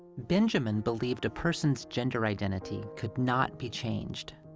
benjamin believed a person's gender identity could not be changed,